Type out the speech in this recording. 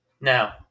Now